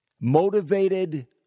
Motivated